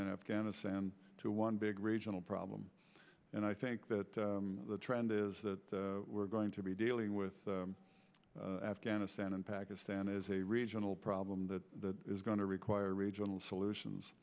in afghanistan to one big regional problem and i think that the trend is that we're going to be dealing with afghanistan and pakistan is a regional problem that is going to require regional solutions